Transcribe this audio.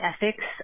ethics